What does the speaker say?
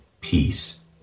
peace